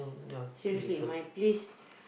seriously my place